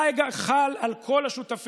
זה חל על כל השותפים.